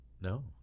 No